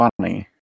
funny